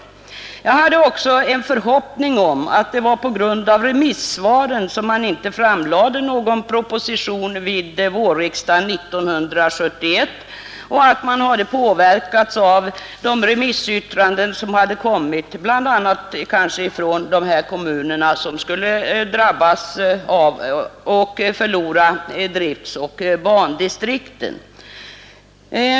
Jag hade också en förhoppning om att det var på grund av remissvaren som man inte framlade någon proposition vid vårriksdagen 1971 och att man hade påverkats av de remissyttranden som hade kommit, bl.a. från de kommuner som skulle drabbas genom att de förlorade driftoch bandistrikten.